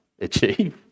achieve